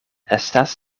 estas